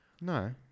No